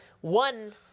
one